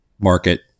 market